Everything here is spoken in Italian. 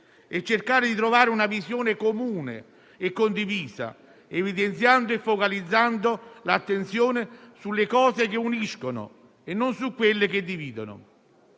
e cercare di trovare una visione comune e condivisa, evidenziando e focalizzando l'attenzione sulle cose che uniscono e non su quelle che dividono.